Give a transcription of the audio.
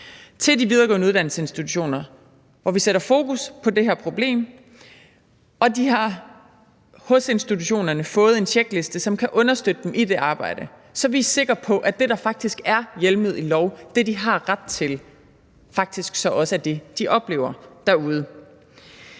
til de videregående uddannelsesinstitutioner, hvor vi sætter fokus på det her problem. Og man har hos institutionerne fået en tjekliste, som kan understøtte dem i det arbejde, så vi er sikre på, at det, der er hjemlet i lov, det, de har ret til, faktisk så også er det, de oplever derude.